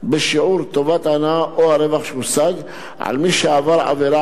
בשיעור טובת ההנאה או הרווח שהושג על מי שעבר עבירה